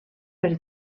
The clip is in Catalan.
per